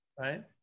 right